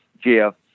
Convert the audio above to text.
Jeff